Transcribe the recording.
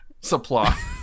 supply